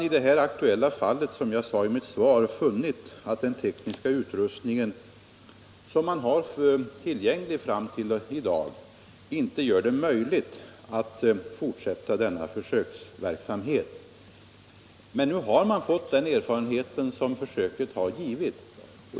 I det aktuella fallet har man, som jag sade i mitt svar, funnit att den tekniska utrustning som finns tillgänglig i dag inte gör det möjligt att fortsätta denna försöksverksamhet. Men nu har man fått den erfarenhet som försöket har givit.